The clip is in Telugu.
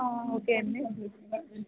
ఓకే అండీ